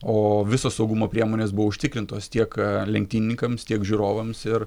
o visos saugumo priemonės buvo užtikrintos tiek lenktynininkams tiek žiūrovams ir